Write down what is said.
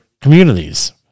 communities